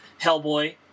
Hellboy